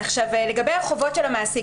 לגבי חובות המעסיק,